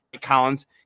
Collins